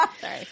Sorry